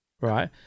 right